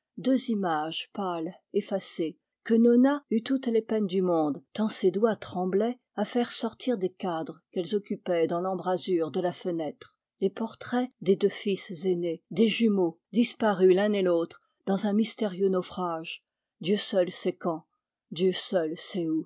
deux images pâles effacées que nona eut toutes les peines du monde tant ses doigts tremblaient à faire sortir des cadres qu'elles occupaient dans l'embrasure de la fenêtre les portraits des deux fils aînés des jumeaux disparus l'un et l'autre dans un mystérieux naufrage dieu seul sait quand dieu seul